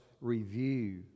review